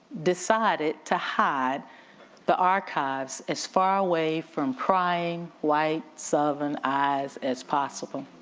decided to hide the archives as far away from prying, white southern eyes as possible.